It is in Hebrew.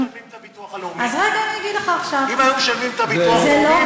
אם היו משלמים את הביטוח הלאומי,